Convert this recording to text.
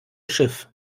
schiff